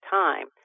time